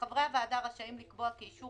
8. חברי הוועדה רשאים לקבוע כי אישור